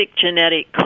genetic